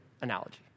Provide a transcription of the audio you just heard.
analogy